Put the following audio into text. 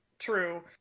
true